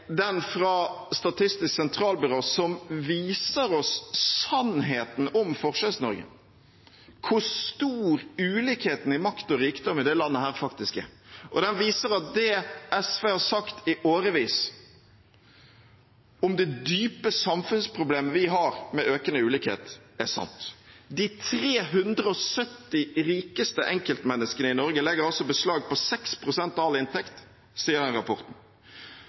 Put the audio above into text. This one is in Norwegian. den fra Statistisk sentralbyrå som viser oss sannheten om Forskjells-Norge – hvor stor ulikheten i makt og rikdom i dette landet faktisk er. Den viser at det SV har sagt i årevis om det dype samfunnsproblemet vi har med økende ulikhet, er sant. De 370 rikeste enkeltmenneskene i Norge legger beslag på 6 pst. av all inntekt, står det i den rapporten.